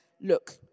look